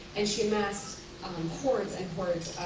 and she massed um and hoards and hoards